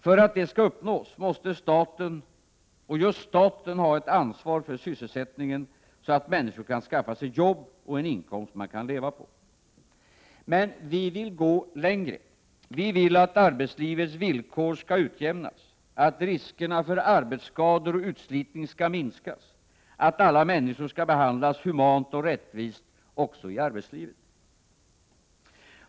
För att detta skall uppnås måste staten, och just staten, ha ett ansvar för sysselsättningen, så att människor kan skaffa sig jobb och en inkomst som de kan leva på. Men vi vill gå längre. Vi vill att arbetslivets villkor skall utjämnas, att riskerna för arbetsskador och utslitning skall minskas och att alla människor skall behandlas humant och rättvist också i arbetslivet.